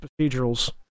procedurals